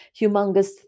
humongous